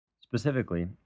Specifically